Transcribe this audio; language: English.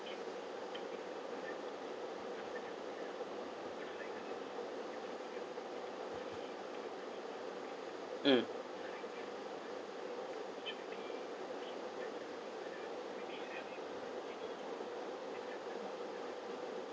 mm